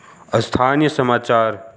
स्थानीय समाचार